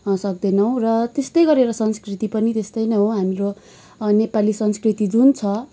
सक्दैनौँ र त्यस्तै गरेर संस्कृति पनि त्यस्तै नै हो हाम्रो नेपाली संस्कृति जुन छ